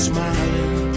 Smiling